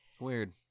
Weird